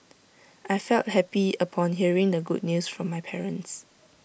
I felt happy upon hearing the good news from my parents